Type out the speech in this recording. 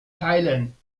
teilen